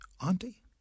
Auntie